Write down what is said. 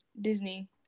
Disney